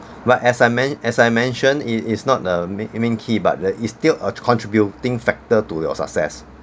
but as I men~ as I mentioned it is not a main main key but it is still a contributing factor to your success